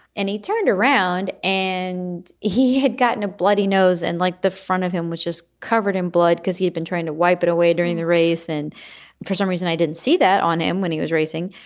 and he turned around and he had gotten a bloody nose and like the front of him, which is covered in blood because he had been trying to wipe it away during the race. and for some reason, i didn't see that on him when he was racing.